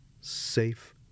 safe